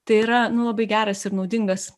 tai yra nu labai geras ir naudingas